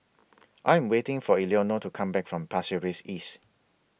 I Am waiting For Eleonore to Come Back from Pasir Ris East